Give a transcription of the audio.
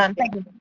um thank you.